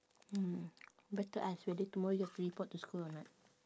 mm better ask whether tomorrow you have to report to school or not